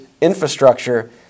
infrastructure